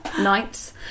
Nights